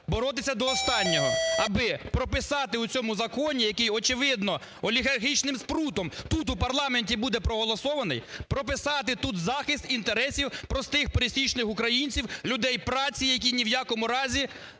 боротися до останнього, аби прописати в цьому законі, який очевидно олігархічним спрутом тут, в парламенті, буде проголосований, прописати тут захист інтересів простих пересічних українців, людей праці, які ні в якому разі,